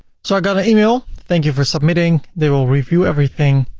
so i got an email thank you for submitting. they will review everything